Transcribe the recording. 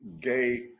gay